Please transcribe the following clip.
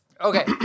Okay